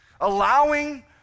allowing